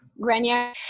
Grenier